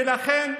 ולכן,